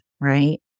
right